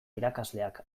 irakasleak